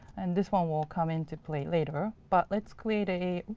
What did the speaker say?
and this one will come into play later. but let's create a